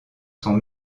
sont